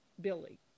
Billy